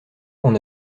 qu’on